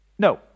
No